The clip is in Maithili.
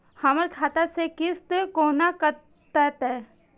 हमर खाता से किस्त कोना कटतै?